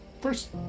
first